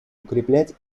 укреплять